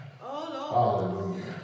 Hallelujah